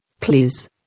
please